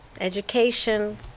Education